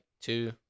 two –